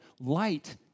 Light